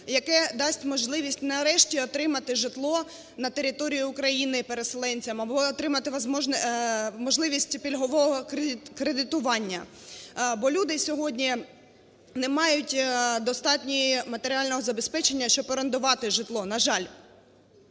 яке дасть можливість нарешті отримати житло на території України переселенцям або отримати можливість пільгового кредитування, бо люди сьогодні не мають достатнього матеріального забезпечення, щоб орендувати житло, на жаль.